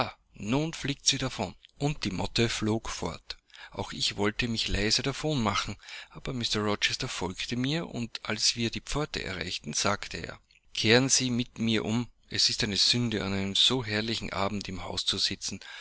nun fliegt sie davon und die motte flog fort auch ich wollte mich leise davon machen aber mr rochester folgte mir und als wir die pforte erreichten sagte er kehren sie mit mir um es ist eine sünde an einem so herrlichen abend im hause zu sitzen